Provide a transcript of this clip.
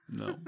no